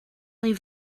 leave